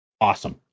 awesome